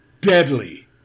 deadly